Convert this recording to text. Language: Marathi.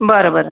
बरं बरं